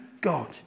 God